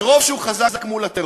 מרוב שהוא חזק מול הטרור,